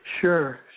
Sure